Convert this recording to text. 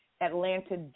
Atlanta